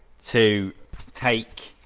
to take